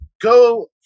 go